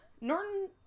Norton